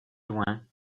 loin